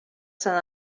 sant